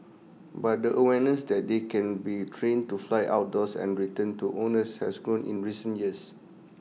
but the awareness that they can be trained to fly outdoors and return to owners has grown in recent years